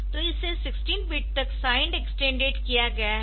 तो इसे 16 बिट तक साइंड एक्सटेंडेड किया गया है